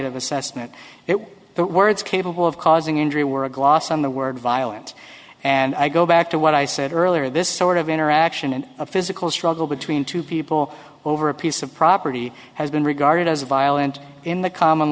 e assessment it was the words capable of causing injury were a gloss on the word violent and i go back to what i said earlier this sort of interaction and a physical struggle between two people over a piece of property has been regarded as a violent in the common